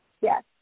Yes